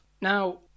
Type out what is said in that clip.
Now